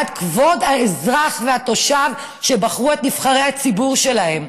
בעד כבוד האזרח והתושב שבחרו את נבחרי הציבור שלהם.